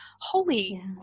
Holy